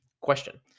Question